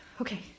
Okay